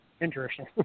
Interesting